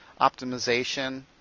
optimization